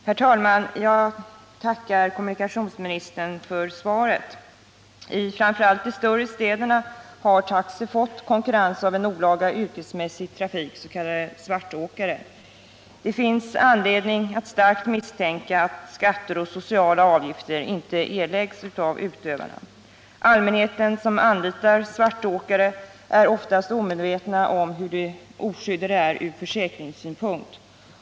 Herr talman! Jag tackar kommunikationsministern för svaret. I framför allt de större städerna har taxi fått konkurrens av en olaga yrkesmässig trafik,s.k. svartåkare. Det finns anledning att starkt misstänka att skatter och sociala avgifter inte erläggs av utövarna. Människor som anlitar svartåkare är oftast omedvetna om hur oskyddade de är ur försäkringssynpunkt.